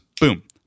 Boom